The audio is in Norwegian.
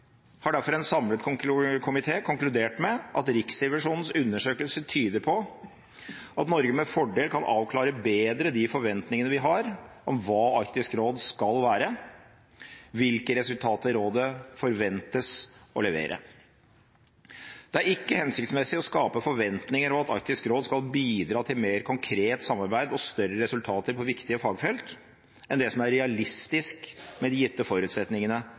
har derfor en samlet komité konkludert med at Riksrevisjonens undersøkelse tyder på at Norge med fordel kan avklare bedre de forventningene vi har om hva Arktisk råd skal være, og hvilke resultater rådet forventes å levere. Det er ikke hensiktsmessig å skape forventninger om at Arktisk råd skal bidra til mer konkret samarbeid og større resultater på viktige fagfelt enn det som er realistisk med de gitte forutsetningene